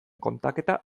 kontaketa